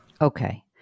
Okay